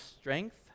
strength